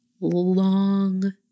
long